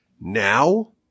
Now